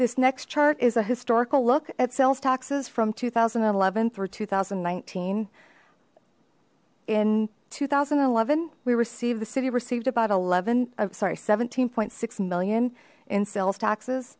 this next chart is a historical look at sales taxes from two thousand and eleven through two thousand and nineteen in two thousand and eleven we received the city received about eleven i'm sorry seventeen point six million in sales taxes